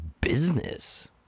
business